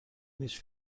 هیچ